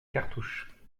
cartouches